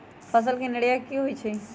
फसल के निराया की होइ छई?